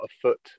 afoot